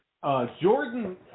Jordan